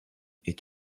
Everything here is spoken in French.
est